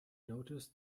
noticed